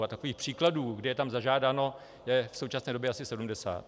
A takových příkladů, kdy je tam zažádáno, je v současné době asi 70.